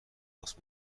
پست